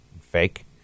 fake